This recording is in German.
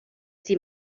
die